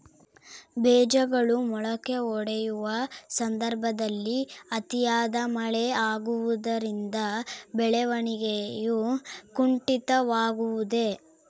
ಬೇಜಗಳು ಮೊಳಕೆಯೊಡೆಯುವ ಸಂದರ್ಭದಲ್ಲಿ ಅತಿಯಾದ ಮಳೆ ಆಗುವುದರಿಂದ ಬೆಳವಣಿಗೆಯು ಕುಂಠಿತವಾಗುವುದೆ?